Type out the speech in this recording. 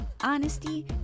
honesty